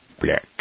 Black